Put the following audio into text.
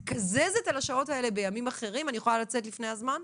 מתקזזת על השעות האלה בימים אחרים ואני יכולה לצאת לפני הזמן.